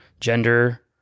gender